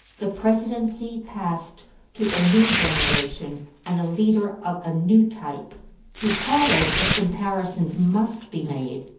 the presidency passed to a new generation and a leader of a new type recalling, if comparisons must be made,